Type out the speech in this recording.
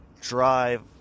drive